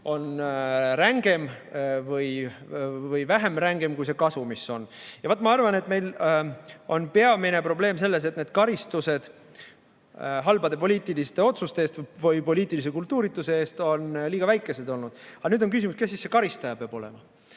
on rängem või vähem rängem kui saadav kasu. Ma arvan, et meil on peamine probleem selles, et karistused halbade poliitiliste otsuste eest või poliitilise kultuurituse eest on olnud liiga väikesed. Aga nüüd on küsimus, kes see karistaja peaks olema.